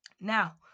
Now